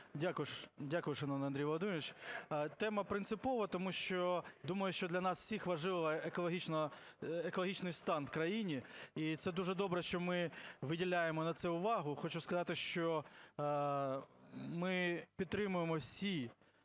Дякую, шановний Андрій Володимирович. Тема принципова, тому що, думаю, що для нас всіх важливий екологічний стан в країні. І це дуже добре, що ми виділяємо на це увагу. Хочу сказати, що ми підтримаємо всі